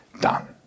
done